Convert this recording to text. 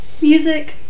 music